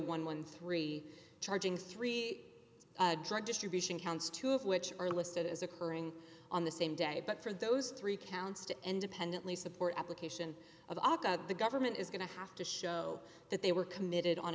and thirteen charging three drug distribution counts two of which are listed as occurring on the same day but for those three counts to end dependently support application of aka the government is going to have to show that they were committed on